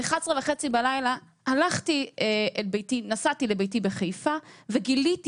ב-23:30 בלילה נסעתי לביתי בחיפה וגיליתי